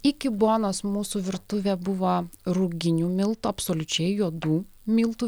iki bonos mūsų virtuvė buvo ruginių miltų absoliučiai juodų miltų